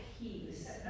peace